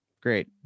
Great